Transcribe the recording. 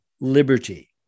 liberty